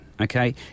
okay